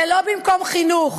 זה לא במקום חינוך